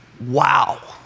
wow